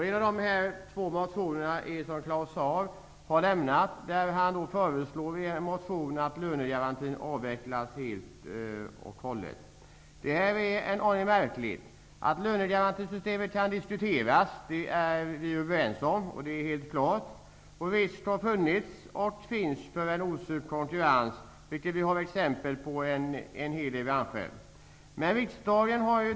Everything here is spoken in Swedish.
En av motionerna har väckts av Claus Zaar, som föreslår att lönegarantin helt och hållet avvecklas. Det är en aning märkligt. Att lönegarantisystemet kan diskuteras är vi överens om, och att risk för en osund konkurrens har funnits och fortfarande finns kan man finna exempel på.